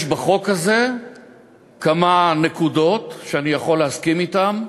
יש בחוק הזה כמה נקודות שאני יכול להסכים אתן.